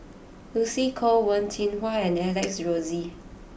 Lucy Koh Wen Jinhua and Alex Josey